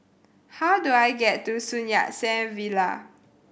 how do I get to Sun Yat Sen Villa